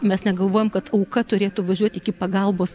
mes negalvojam kad auka turėtų važiuoti iki pagalbos